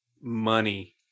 Money